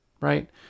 Right